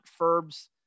Ferb's